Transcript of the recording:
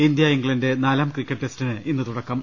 India England നാലാം cricket ടെസ്റ്റിന് ഇന്ന് തുടക്കം